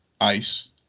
ice